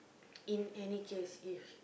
in any case if